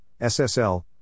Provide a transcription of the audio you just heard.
SSL